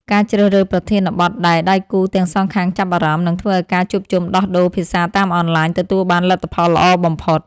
ការជ្រើសរើសប្រធានបទដែលដៃគូទាំងសងខាងចាប់អារម្មណ៍ នឹងធ្វើឱ្យការជួបជុំដោះដូរភាសាតាមអនឡាញទទួលបានលទ្ធផលល្អបំផុត។